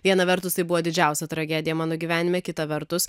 viena vertus tai buvo didžiausia tragedija mano gyvenime kita vertus